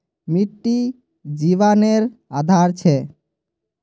मिटटी जिवानेर आधार छे